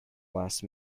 last